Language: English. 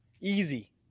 Easy